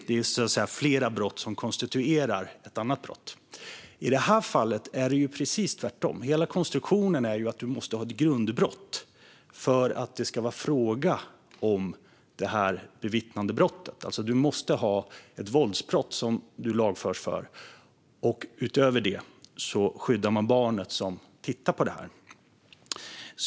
Det är så att säga flera brott som konstituerar ett annat brott. I detta fall är det precis tvärtom. Hela konstruktionen är att man måste ha ett grundbrott för att det ska vara fråga om bevittnandebrott. Det måste alltså finnas ett våldsbrott som någon lagförs för. Utöver det skyddar man det barn som tittar på detta.